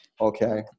Okay